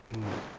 mm